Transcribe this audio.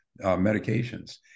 medications